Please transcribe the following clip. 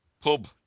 pub